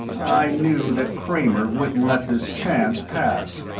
i knew that kramer wouldn't let this chance pass.